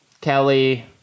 Kelly